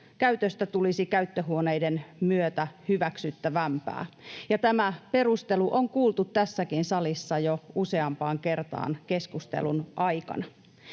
käytöstä tulisi käyttöhuoneiden myötä hyväksyttävämpää, ja tämä perustelu on kuultu tässäkin salissa jo useampaan kertaan keskustelun aikana.